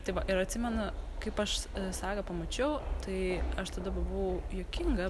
tai va ir atsimenu kaip aš sagą pamačiau tai aš tada buvau juokinga